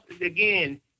again